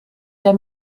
der